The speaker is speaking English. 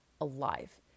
alive